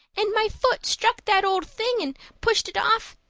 and my foot struck that old thing and pushed it off.